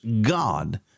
God